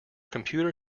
computer